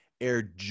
Air